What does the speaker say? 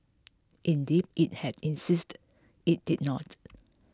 indeed it had insisted it did not